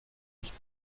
nicht